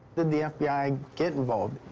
did the fbi get involved?